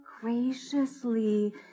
graciously